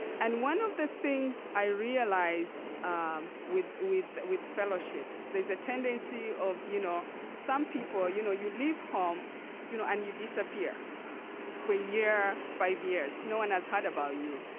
and one of the things i realized um with with fellowships, there's a tendency of. you know some people. you know you leave home you know and you disappear for a year, five years. no one has heard about you.